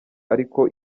ariko